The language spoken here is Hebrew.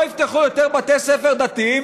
לא יפתחו יותר בתי ספר דתיים,